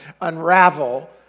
unravel